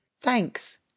thanks